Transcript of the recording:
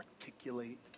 articulate